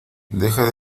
deja